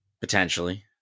Potentially